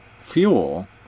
fuel